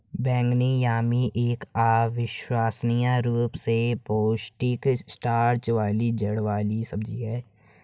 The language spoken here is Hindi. बैंगनी यामी एक अविश्वसनीय रूप से पौष्टिक स्टार्च वाली जड़ वाली सब्जी है